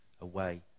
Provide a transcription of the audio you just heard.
away